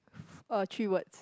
F~ uh three words